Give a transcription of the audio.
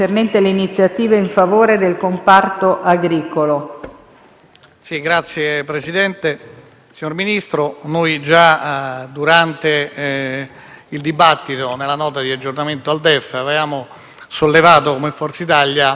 Signor Presidente, signor Ministro, già durante il dibattito sulla Nota di aggiornamento al DEF, noi avevamo sollevato, come Forza Italia, alcune questioni sull'agricoltura. In particolare,